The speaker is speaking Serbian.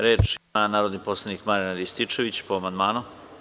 Reč ima narodni poslanik Marijan Rističević, po amandmanu.